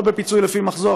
לא בפיצוי לפי מחזור.